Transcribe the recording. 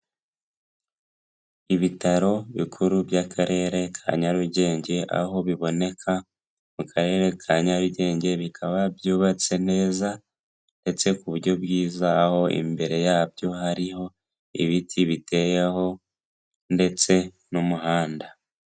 Ibitaro bikuru by'akarere ka Nyarugenge aho biboneka mu karere ka Nyarugenge bikaba byubatse neza ndetse ku buryo bwiza aho imbere yabyo hariho ibiti biteyeho ndetse n'umuhanda.